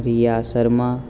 Riya Sharma